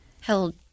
held